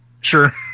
Sure